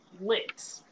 lit